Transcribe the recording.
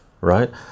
right